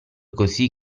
così